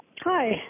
Hi